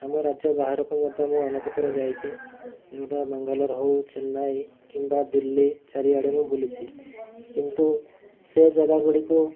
ଆମ ରାଜ୍ୟ ବାହାରକୁ ମଧ୍ୟ ମୁଁ ଅନେକ ଥରେ ଯାଇଛି ଯେଉଁଟା ବାଙ୍ଗାଲୋର ହଉ ଚେନ୍ନାଇ କିମ୍ବା ଦିଲ୍ଲୀ ଚାରିଆଡ଼େ ମୁଁ ବୁଲିଛି କିନ୍ତୁ ସେ ଜାଗା ଗୁଡ଼ିକୁ